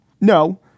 No